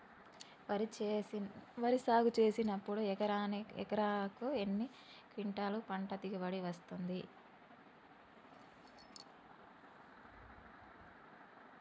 వరి సాగు చేసినప్పుడు ఎకరాకు ఎన్ని క్వింటాలు పంట దిగుబడి వస్తది?